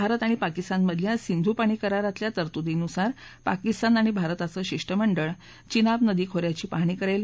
भारत आणि पाकिस्तानमधल्या सिंधु पाणी करारातल्या तरतुदींनुसार पाकिस्तान आणि भारताचं शिष्टमंडळ विनाब नदी खोऱ्याची पाहणी करेल